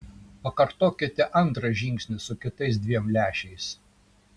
pakartokite antrą žingsnį su kitais dviem lęšiais